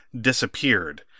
disappeared